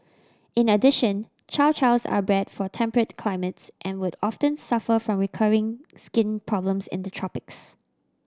in addition Chow Chows are bred for temperate climates and would often suffer from recurring skin problems in the tropics